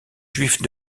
juifs